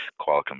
Qualcomm